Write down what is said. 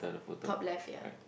top left ya